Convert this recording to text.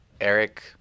Eric